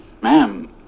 Ma'am